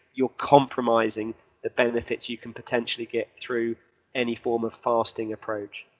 you're compromising the benefits you can potentially get through any form of fasting approach